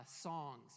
songs